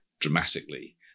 dramatically